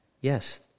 yes